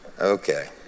Okay